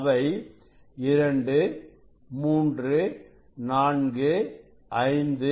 அவை 23456